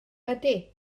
ydy